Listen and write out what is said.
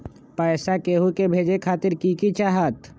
पैसा के हु के भेजे खातीर की की चाहत?